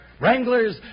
Wranglers